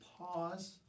pause